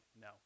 no